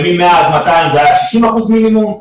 מ-100 עד 200 זה היה 60 אחוזים מינימום,